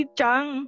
Chang